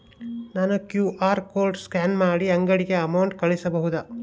ನಾನು QR code scan ಮಾಡಿ ಅಂಗಡಿಗೆ ಅಮೌಂಟ್ ಕಳಿಸಬಹುದಾ?